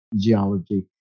geology